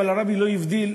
והרבי לא הבדיל,